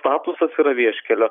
statusas yra vieškelio